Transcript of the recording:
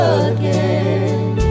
again